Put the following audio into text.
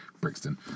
Brixton